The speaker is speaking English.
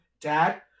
dad